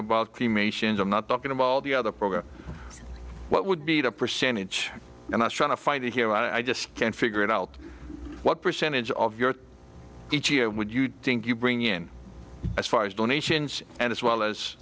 cremations i'm not talking about all the other programs what would be the percentage and i was trying to find it here but i just can't figure it out what percentage of your each year would you think you bring in as far as donations and as well as